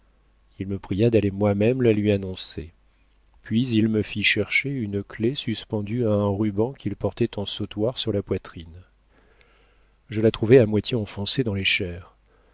il me pria d'aller moi-même la lui annoncer puis il me fit chercher une clef suspendue à un ruban qu'il portait en sautoir sur la poitrine je la trouvai à moitié enfoncée dans les chairs